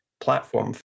platform